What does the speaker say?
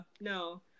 no